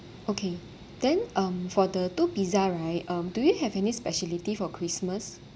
okay then um for the two pizza right um do you have any speciality for christmas